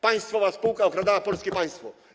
Państwowa spółka okradała polskie państwo.